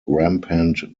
rampant